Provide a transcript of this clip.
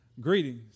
Greetings